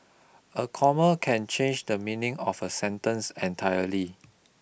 a comma can change the meaning of a sentence entirely